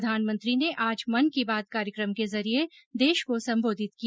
प्रधानमंत्री ने आज मन की बात कार्यक्रम के जरिये देश को संबोधित किया